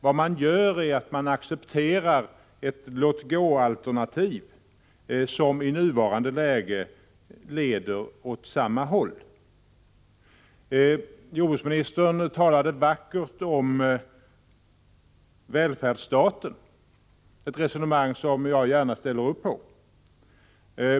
Vad man gör är att man accepterar ett låt-gå-alternativ, som i nuvarande läge leder åt samma håll. Jordbruksministern talade vackert om välfärdsstaten, ett resonemang som jag gärna ansluter mig till.